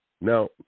Now